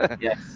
Yes